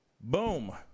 Boom